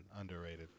underrated